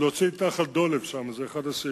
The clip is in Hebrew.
להוציא את נחל-דולב שם, זה אחד הסעיפים